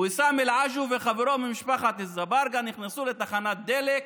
ויסאם אלעג'ו וחברו ממשפחת אזברגה נכנסו לתחנת דלק,